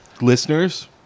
Listeners